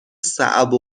صعب